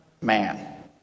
man